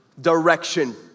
direction